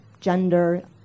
gender